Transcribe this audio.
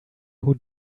who